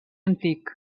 antic